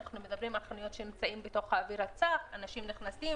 אנחנו מדברים על חנויות שנמצאות בתוך האוויר הצח האנשים נכנסים